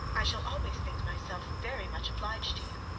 i shall always think myself very much obliged to you.